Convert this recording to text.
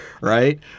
right